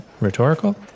rhetorical